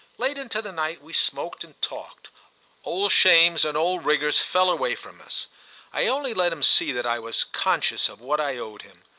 late into the night we smoked and talked old shames and old rigours fell away from us i only let him see that i was conscious of what i owed him.